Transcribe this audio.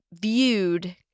viewed